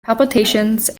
palpitations